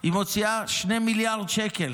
היא מוציאה 2 מיליארד שקל.